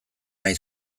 nahi